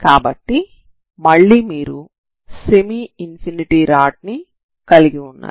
కాబట్టి మళ్ళీ మీరు సెమీ ఇన్ఫినిటీ రాడ్ ని కలిగి ఉన్నారు